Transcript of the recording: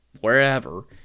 wherever